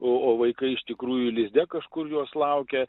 o vaikai iš tikrųjų lizde kažkur jos laukia